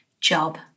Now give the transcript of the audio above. job